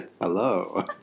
Hello